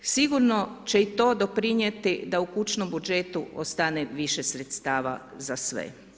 Sigurno će i to doprinjeti da u kućnom budžetu ostane više sredstava za sve.